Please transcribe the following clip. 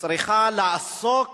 צריכה לעסוק